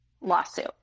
lawsuit